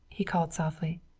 he called softly.